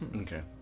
Okay